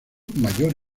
mayor